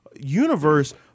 universe